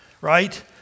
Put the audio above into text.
right